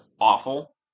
awful